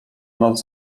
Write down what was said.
nas